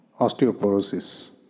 osteoporosis